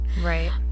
right